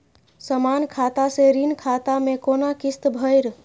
समान खाता से ऋण खाता मैं कोना किस्त भैर?